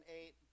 eight